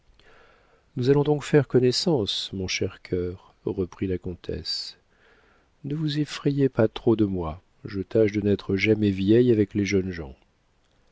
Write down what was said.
nous allons donc faire connaissance mon cher cœur reprit la comtesse ne vous effrayez pas trop de moi je tâche de n'être jamais vieille avec les jeunes gens